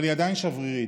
אבל היא עדיין שברירית.